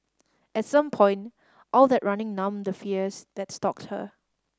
at some point all that running numbed the fears that stalked her